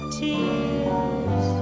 tears